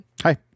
hi